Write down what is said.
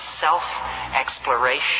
self-exploration